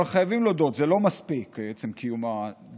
אבל חייבים להודות, זה לא מספיק, עצם קיום הדיון.